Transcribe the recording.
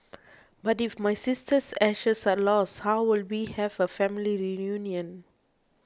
but if my sister's ashes are lost how will we have a family reunion